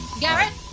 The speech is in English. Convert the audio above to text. Garrett